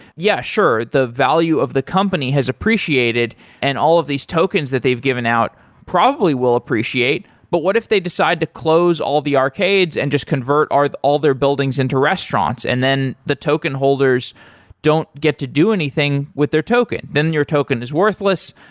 yeah sure the value of the company has appreciated and all of these tokens that they've given out probably will appreciate. but what if they decide to close all the arcades and just convert all their buildings into restaurants and then the token holders don't get to do anything with their token, then your token is worthless,